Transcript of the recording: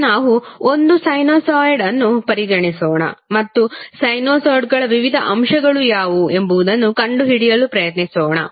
ಈಗ ನಾವು ಒಂದು ಸೈನುಸಾಯ್ಡ್ ಅನ್ನು ಪರಿಗಣಿಸೋಣ ಮತ್ತು ಸೈನುಸಾಯ್ಡ್ಗಳ ವಿವಿಧ ಅಂಶಗಳು ಯಾವುವು ಎಂಬುದನ್ನು ಕಂಡುಹಿಡಿಯಲು ಪ್ರಯತ್ನಿಸೋಣ